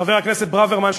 חבר הכנסת ברוורמן,